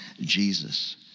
Jesus